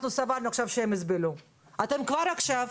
אנחנו כולנו מבינים את הרגישות של העניינים וצריך